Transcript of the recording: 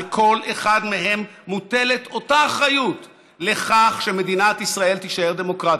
על כל אחד מהם מוטלת אותה אחריות לכך שמדינת ישראל תישאר דמוקרטית,